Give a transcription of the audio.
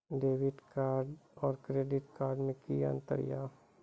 Debit card और credit card मे कि अंतर या?